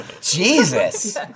Jesus